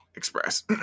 express